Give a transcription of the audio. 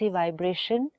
vibration